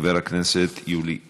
חבר הכנסת יולי אדלשטיין.